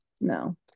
no